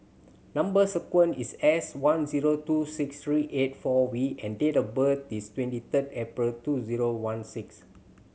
number sequence is S one zero two six three eight four V and date of birth is twenty third April two zero one six